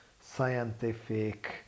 scientific